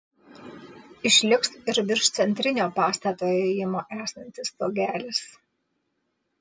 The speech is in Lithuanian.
išliks ir virš centrinio pastato įėjimo esantis stogelis